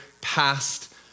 past